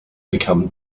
become